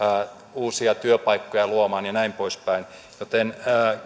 uusia työpaikkoja luomaan ja näin poispäin